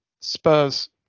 Spurs